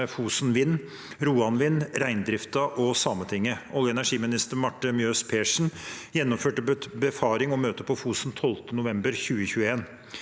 med Fosen Vind, Roan vindkraftverk, reindriften og Sametinget. Olje- og energiminister Marte Mjøs Persen gjennomførte befaring og møte på Fosen 12. november 2021.